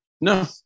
No